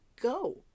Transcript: go